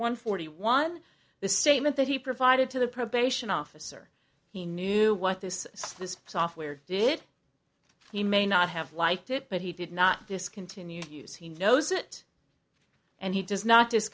one forty one the statement that he provided to the probation officer he knew what this this software did he may not have liked it but he did not this continues he knows it and he does not